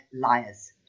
liars